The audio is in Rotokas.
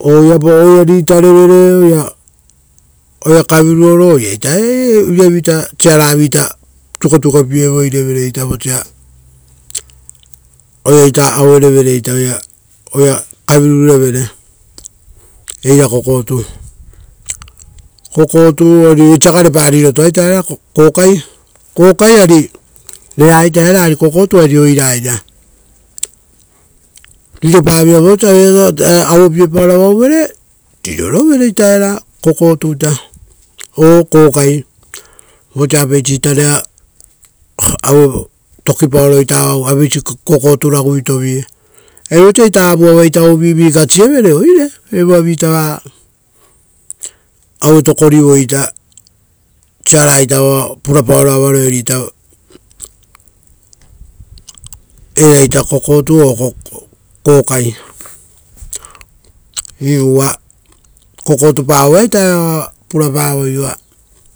Oira ritarevere, oira kaviruoro, uvuipai ra siara vi-ita tuketuke pierevere vosia oiraita auerevere oira kavirurevere, eira kokotu. Ari kokai esia garepa rirotoita era kokai. Kokai ari rera era, ari kokotu ari oira eira. Riro pavira riropaveira, vosia oira avepiepaoro avauvere eari rirorovere ita kokotu ora kokai vosa apeisi ita rera tokipaoro avau apeisi kokotu raguitoa vii. Ari vosia ovuvi ita ruipauvere aiosia oire, evoavia-ita ave tokorivoi siara ita oa purapaoro avaroerita era kokai ora kokotu. Iu uva kokotu. Iu uva kokotupa aveita eva oa purapavoi,